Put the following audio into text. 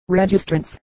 Registrants